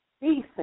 decent